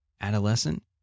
adolescent